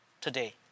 today